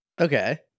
Okay